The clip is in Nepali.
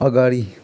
अगाडि